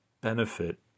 benefit